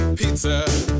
pizza